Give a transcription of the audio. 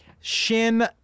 shin